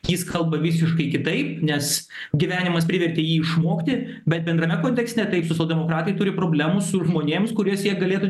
jis kalba visiškai kitaip nes gyvenimas privertė jį išmokti bet bendrame kontekste taip sosialdemokratai turi problemų su žmonėms kuriuos jie galėtų